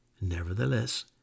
Nevertheless